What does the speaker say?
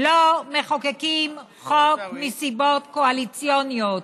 לא מחוקקים חוק מסיבות קואליציוניות.